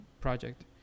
project